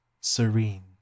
serene